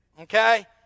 okay